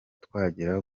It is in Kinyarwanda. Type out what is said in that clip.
twagera